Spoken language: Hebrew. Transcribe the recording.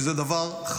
אני חושב שזה דבר חדשני,